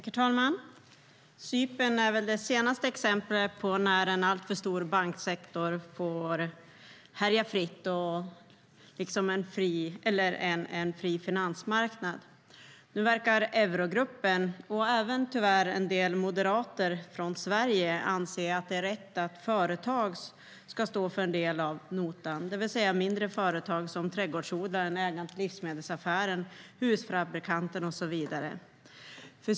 Herr talman! Cypern är väl det senaste exemplet på när en alltför stor banksektor och en finansmarknad får härja fritt. Nu verkar eurogruppen och även tyvärr en del moderater från Sverige anse att det är rätt att företag ska stå för en del av notan, det vill säga mindre företag som trädgårdsodlaren, ägaren till livsmedelsaffären, husfabrikanten och så vidare.